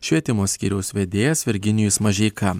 švietimo skyriaus vedėjas virginijus mažeika